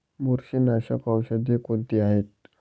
बुरशीनाशक औषधे कोणती आहेत?